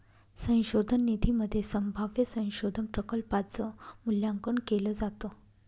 संशोधन निधीमध्ये संभाव्य संशोधन प्रकल्पांच मूल्यांकन केलं जातं